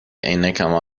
عینکمو